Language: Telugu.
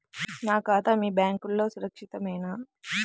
నా ఖాతా మీ బ్యాంక్లో సురక్షితమేనా?